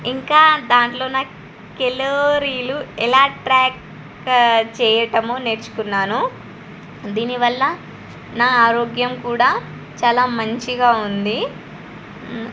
ఇంకా దాంట్లో నా కెలరీలు ఎలా ట్రాక్ చేయడము నేర్చుకున్నాను దీనివల్ల నా ఆరోగ్యం కూడా చాలా మంచిగా ఉంది